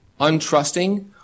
untrusting